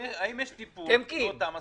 האם יש טיפול באותם עסקים?